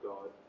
God